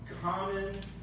common